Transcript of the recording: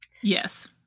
Yes